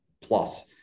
plus